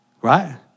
Right